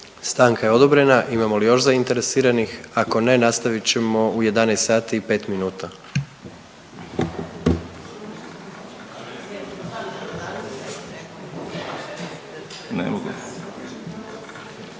Stanka je odobrena. Imamo li još zainteresiranih? Ako ne nastavit ćemo u 11 sati i